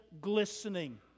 glistening